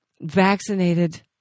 vaccinated